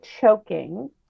choking